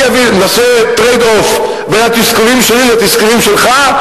נעשה tradeoff בין התסכולים שלי לתסכולים שלך.